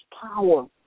power